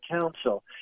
Council